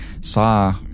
saw